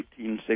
1860